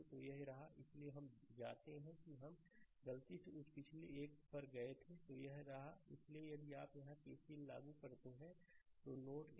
तो ये रहा इसलिए हम जाते हैं कि हम गलती से उस पिछले एक पर गए थे तो ये रहा इसलिए यदि आप यहां केसीएल लागू करते हैं तो नोड 1